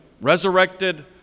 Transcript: resurrected